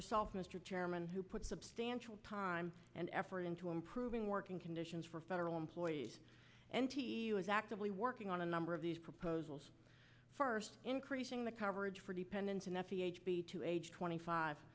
yourself mr chairman who put substantial time and effort into improving working conditions for federal employees n t e u is actively working on a number of these proposals first increasing the coverage for dependents and at the h b to age twenty five